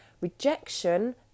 Rejection